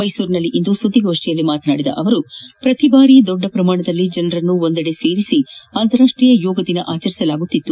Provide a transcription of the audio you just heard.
ಮೈಸೂರನಲ್ಲಿಂದು ಸುದ್ದಗೋಷ್ಠಿಯಲ್ಲಿ ಮಾತನಾಡಿದ ಅವರು ಪ್ರತಿಬಾರಿ ದೊಡ್ಡ ಪ್ರಮಾಣದಲ್ಲಿ ಜನರನ್ನು ಒಂದೆಡೆ ಸೇರಿಸಿ ಅಂತಾರಾಷ್ಟೀಯ ಯೋಗ ದಿನ ಆಚರಿಸಲಾಗುತ್ತಿತ್ತು